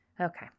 Okay